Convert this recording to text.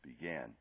began